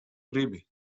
gribi